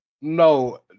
no